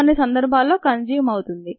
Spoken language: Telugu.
కొన్నిసార్లు కన్స్యూమ్ అవుతుంది